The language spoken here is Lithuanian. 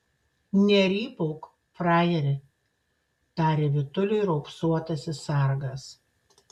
nerypauk frajeri tarė vytuliui raupsuotasis sargas